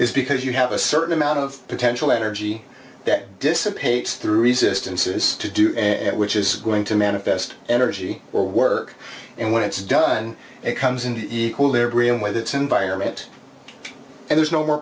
is because you have a certain amount of potential energy that dissipates through resistances to do it which is going to manifest energy or work and when it's done it comes into equilibrium with its environment and there's no more